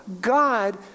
God